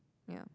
yeah